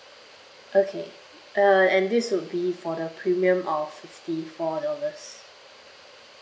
okay uh and this would be for the premium of fifty four dollars